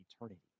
eternity